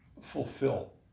fulfill